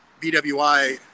BWI